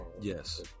Yes